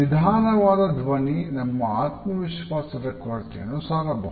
ನಿಧಾನವಾದ ಧ್ವನಿ ನಮ್ಮ ಆತ್ಮವಿಶ್ವಾಸದ ಕೊರತೆಯನ್ನು ಸಾರಬಹುದು